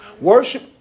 Worship